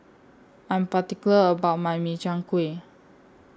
I'm particular about My Min Chiang Kueh